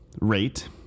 rate